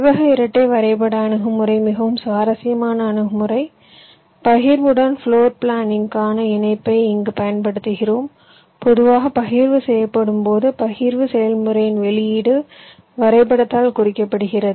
செவ்வக இரட்டை வரைபட அணுகுமுறை மிகவும் சுவாரஸ்யமான அணுகுமுறை பகிர்வுடன் பிளோர் பிளானிங்க்கான இணைப்பை இங்கு பயன்படுத்துகிறோம் பொதுவாக பகிர்வு செய்யப்படும் போது பகிர்வு செயல்முறையின் வெளியீடு வரைபடத்தால் குறிக்கப்படுகிறது